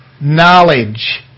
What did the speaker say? knowledge